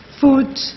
food